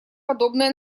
подобное